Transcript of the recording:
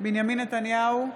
בנימין נתניהו,